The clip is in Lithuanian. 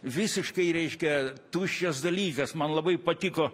visiškai reiškia tuščias dalykas man labai patiko